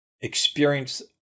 experience